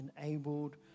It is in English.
enabled